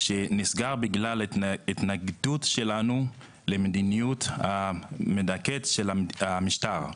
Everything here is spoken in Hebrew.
שנסגר בגלל ההתנגדות שלנו למדיניות המדכאת של המשטר.